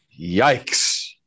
Yikes